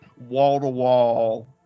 wall-to-wall